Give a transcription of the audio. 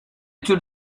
tür